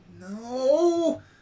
No